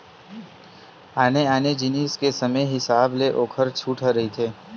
आने आने जिनिस के समे हिसाब ले ओखर छूट ह रहिथे